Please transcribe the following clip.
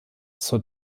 zur